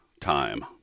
Time